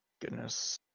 goodness